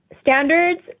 standards